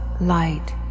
light